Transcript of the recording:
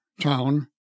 town